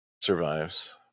survives